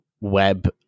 web